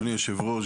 אדוני היושב-ראש,